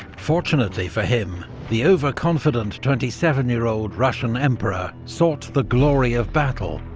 fortunately for him, the overconfident, twenty seven year old russian emperor sought the glory of battle,